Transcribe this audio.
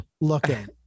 looking